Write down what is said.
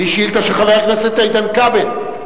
והיא שאילתא של חבר הכנסת איתן כבל,